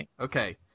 okay